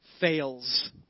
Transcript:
fails